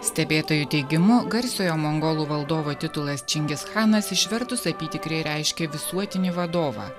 stebėtojų teigimu garsiojo mongolų valdovo titulas čingischanas išvertus apytikriai reiškė visuotinį vadovą